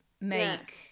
make